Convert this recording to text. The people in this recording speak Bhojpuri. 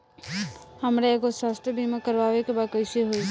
हमरा एगो स्वास्थ्य बीमा करवाए के बा कइसे होई?